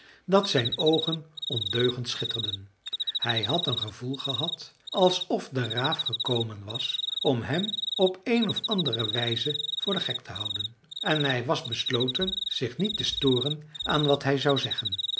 dat zijn oogen ondeugend schitterden hij had een gevoel gehad alsof de raaf gekomen was om hem op een of andere wijze voor den gek te houden en hij was besloten zich niet te storen aan wat hij zou zeggen